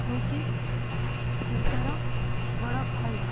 ହେଉଛି ନୃତ୍ୟର ବଡ଼ ଭୁଲ୍ ଧାରଣା